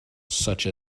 such